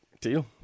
Deal